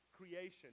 creation